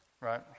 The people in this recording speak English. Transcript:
right